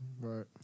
Right